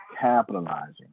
capitalizing